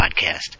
podcast